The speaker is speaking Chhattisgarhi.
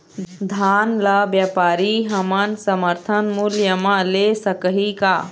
धान ला व्यापारी हमन समर्थन मूल्य म ले सकही का?